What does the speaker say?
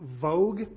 vogue